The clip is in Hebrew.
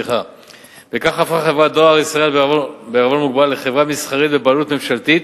בכך הפכה חברת "דואר ישראל" בע"מ לחברה מסחרית בבעלות ממשלתית,